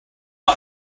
not